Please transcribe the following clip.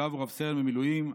יואב הוא רב-סרן במילואים,